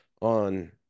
on